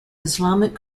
islamic